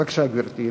בבקשה, גברתי.